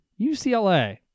UCLA